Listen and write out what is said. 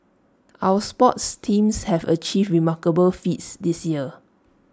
our sports teams have achieved remarkable feats this year